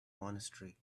monastery